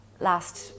last